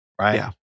right